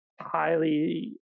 highly